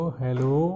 hello